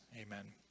Amen